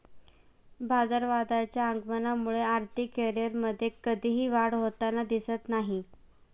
बाजारवादाच्या आगमनामुळे आर्थिक करिअरमध्ये कधीही वाढ होताना दिसत आहे